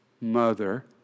mother